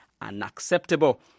unacceptable